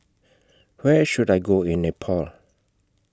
Where should I Go in Nepal